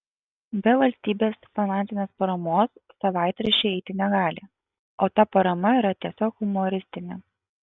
be valstybės finansinės paramos savaitraščiai eiti negali o ta parama yra tiesiog humoristinė